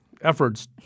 efforts